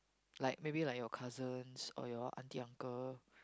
like maybe like your cousins or your auntie uncle